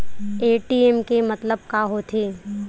ATM के मतलब का होथे?